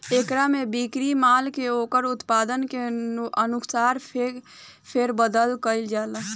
एकरा में बिक्री माल के ओकर उत्पादन के अनुसार फेर बदल कईल जाला